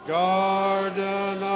garden